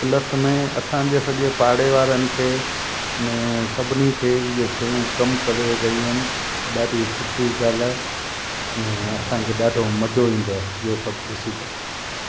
plus में असांजे सॼे पाड़े वारनि खे अने सभिनी खे इहा शयूं कमु करे रहियूं आहिनि त ॾाढी सुठी ॻाल्हि आहे अने असांखे ॾाढो मज़ो ईंदो आहे इहो सभु ॾिसी करे